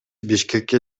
бишкекке